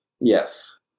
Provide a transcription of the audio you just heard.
Yes